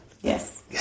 Yes